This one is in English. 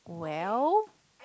well